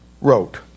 wrote